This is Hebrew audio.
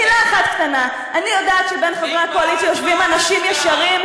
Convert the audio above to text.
מילה אחת קטנה: אני יודעת שבין חברי הקואליציה יושבים אנשים ישרים,